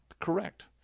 Correct